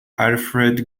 alfred